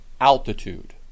altitude